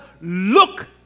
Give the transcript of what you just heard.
look